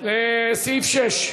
סעיף 6,